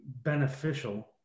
beneficial